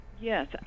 Yes